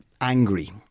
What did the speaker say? angry